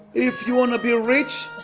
if you want to be rich,